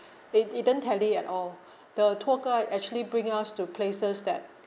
it didn't tally at all the tour guide actually bring us to places that